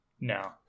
No